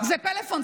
זה פלאפון,